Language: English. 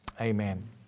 Amen